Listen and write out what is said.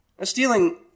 Stealing